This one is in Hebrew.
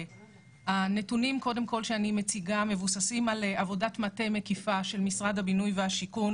הנתונים מבוססים על עבודת מטה מקיפה של משרד הבינוי והשיכון